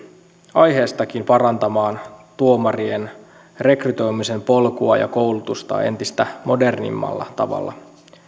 aiheestakin parantamaan tuomarien rekrytoimisen polkua ja koulutusta entistä modernimmalla tavalla